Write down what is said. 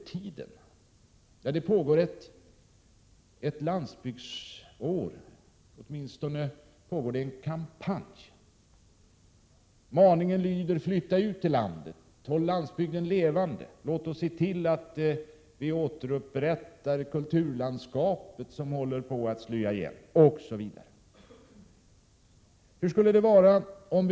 Samtidigt har vi, skulle jag vilja säga, ett landsbygdsår. Man kan åtminstone säga att det pågår en kampanj som går ut på att få människor att flytta ut till landet, att hålla landsbygden levande, att få oss att se till att det kulturlandskap som håller på att slya igen återupprättas osv.